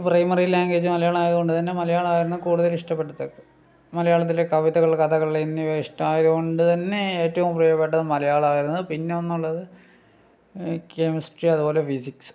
primary language Malayalam ആയതുകൊണ്ടു തന്നെ മലയാളം ആയിരുന്നു കൂടുതൽ ഇഷ്ടപെടുന്നത് മലയാളത്തിലെ കവിതകൾ കഥകൾ എന്നിവ ഇഷ്ടമായതുകൊണ്ടു തന്നെ ഏറ്റവും പ്രിയപ്പെട്ടത് മലയാളമായിരുന്നു പിന്നെ ഒന്നുള്ളത് കെമിസ്ട്രി അതുപോലെ ഫിസിക്സ്